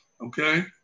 Okay